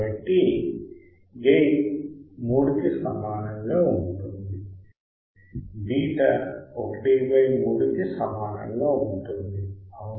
కాబట్టి గెయిన్ 3 కి సమానంగా ఉంటుంది బీటా 13 కి సమానంగా ఉంటుంది అవునా